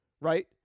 right